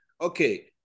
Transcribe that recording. okay